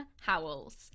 Howells